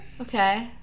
Okay